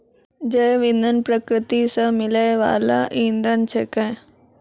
जैव इंधन प्रकृति सॅ मिलै वाल इंधन छेकै